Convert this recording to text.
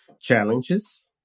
challenges